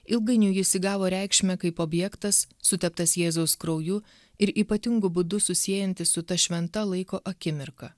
ilgainiui jis įgavo reikšmę kaip objektas suteptas jėzaus krauju ir ypatingu būdu susiejantis su ta šventa laiko akimirka